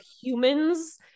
humans